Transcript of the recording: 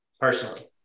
personally